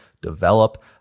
develop